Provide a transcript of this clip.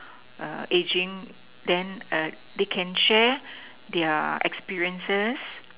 err aging then err they can share their experiences